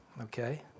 okay